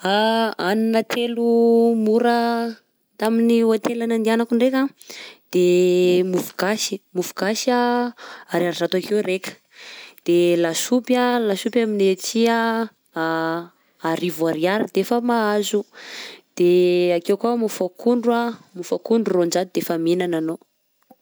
Hanina telo mora tamin'ny hotel nandehanako ndraika de mofo gasy, mofo gasy a ariary zato akô ny raika, de lasopy a, lasopy aminay aty a arivo ariary defa mahazo, de ake koa mofo akondro, mofo akondro, roanjato defa mihinana anao.